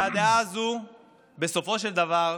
והדעה הזו בסופו של דבר,